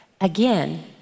Again